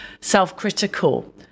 self-critical